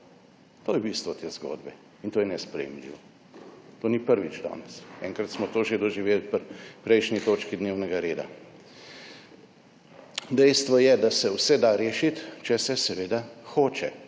To je bistvo te zgodbe in to je nesprejemljivo. To ni prvič danes, enkrat smo to že doživeli pri prejšnji točki dnevnega reda. Dejstvo je, da se vse da rešiti, če se seveda hoče,